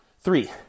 Three